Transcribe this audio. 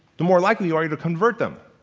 the more likely are you to convert them.